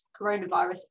coronavirus